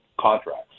contracts